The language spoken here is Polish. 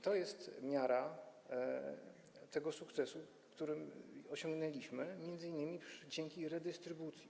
To jest miara tego sukcesu, który osiągnęliśmy m.in. dzięki redystrybucji.